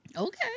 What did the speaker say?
okay